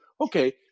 okay